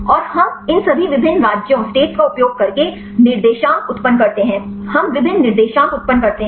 और हम इन सभी विभिन्न राज्यों का उपयोग करके निर्देशांक उत्पन्न करते हैं हम विभिन्न निर्देशांक उत्पन्न करते हैं